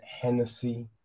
Hennessy